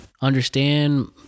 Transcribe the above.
understand